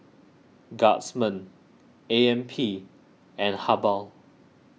Guardsman A M P and Habhal